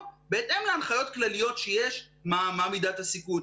בהתאם להנחיות כלליות שיש: מה מידת הסיכון,